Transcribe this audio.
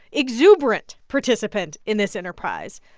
exuberant participant in this enterprise.